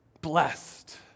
blessed